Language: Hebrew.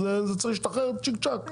אז זה צריך להשתחרר צ'יק צ'ק,